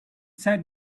set